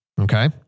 Okay